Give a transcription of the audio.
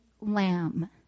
lamb